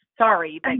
Sorry